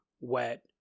wet